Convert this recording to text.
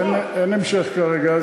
אין המשך כרגע.